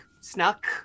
snuck